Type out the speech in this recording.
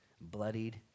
bloodied